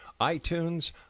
iTunes